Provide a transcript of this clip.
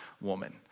woman